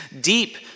deep